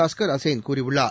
அஸ்கர் அஸேன் கூறியுள்ளார்